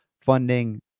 funding